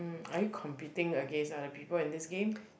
are you competing against other people in this game